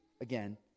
again